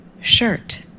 shirt